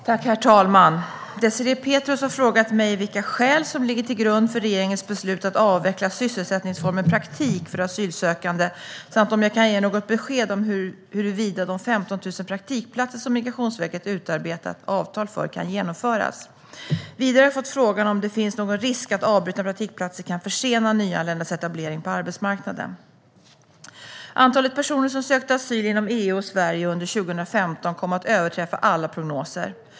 Svar på interpellationer Herr talman! Désirée Pethrus har frågat mig vilka skäl som ligger till grund för regeringens beslut att avveckla sysselsättningsformen praktik för asylsökande samt om jag kan ge något besked om huruvida de 15 000 praktikplatser som Migrationsverket utarbetat avtal för kan genomföras. Vidare har jag fått frågan om det finns någon risk att avbrutna praktikplatser kan försena nyanländas etablering på arbetsmarknaden. Antalet personer som sökte asyl inom EU och Sverige under 2015 kom att överträffa alla prognoser.